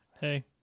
Hey